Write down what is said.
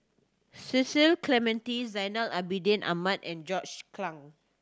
Cecil Clementi Zainal Abidin Ahmad and John Clang